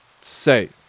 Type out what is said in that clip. say